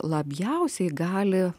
labiausiai gali